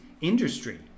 industry